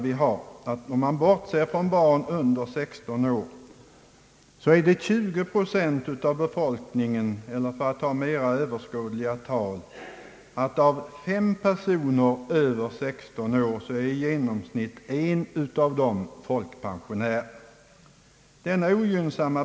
Det innebär — med bortseende från barn under 16 år — att 20 procent av befolkningen eller för att ta ett mera överskådligt tal att av fem personer över 16 år i genomsnitt en får pension.